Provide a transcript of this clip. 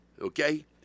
okay